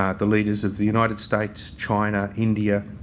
ah the leaders of the united states, china, india,